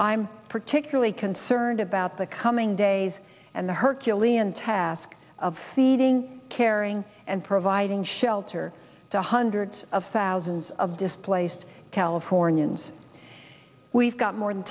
i'm particularly concerned about the coming days and the herculean task of feeding caring and providing shelter to hundreds of thousands of displaced californians we've got more than